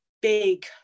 big